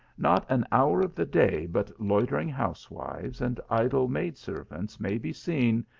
not an hour of the day but loitering housewives and idle maid servants may be seen,